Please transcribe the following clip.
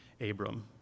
Abram